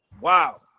Wow